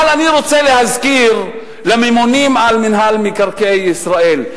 אבל אני רוצה להזכיר לממונים על מינהל מקרקעי ישראל,